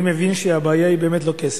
אני מבין שהבעיה היא באמת לא כסף.